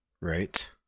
Right